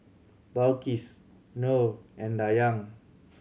Balqis Nor and Dayang